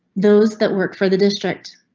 those that work for the district.